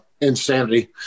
insanity